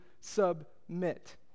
submit